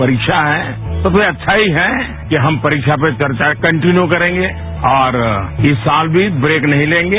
परीक्षा है तो अच्छा ही है कि हम परीक्षा पे चर्चा हम कंटीन्यू करेंगे और इस साल भी ब्रेक नहीं लेंगे